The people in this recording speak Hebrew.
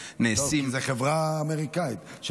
טוב, זו חברה אמריקאית.